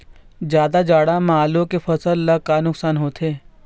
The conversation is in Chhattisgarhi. जादा जाड़ा म आलू के फसल ला का नुकसान होथे?